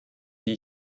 die